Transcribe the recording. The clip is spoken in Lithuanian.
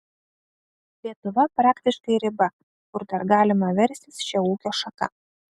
lietuva praktiškai riba kur dar galima verstis šia ūkio šaka